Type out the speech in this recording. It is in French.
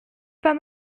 pas